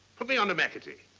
put me on to mackety.